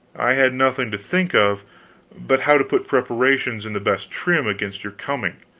i had nothing to think of but how to put preparations in the best trim against your coming.